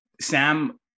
Sam